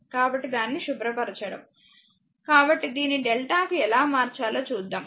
కాబట్టి దానిని శుభ్రపరచడం కాబట్టి దీన్ని డెల్టాకు ఎలా మార్చాలో చూద్దాం